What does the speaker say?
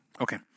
Okay